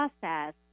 process